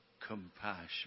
compassion